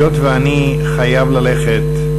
היות שאני חייב ללכת,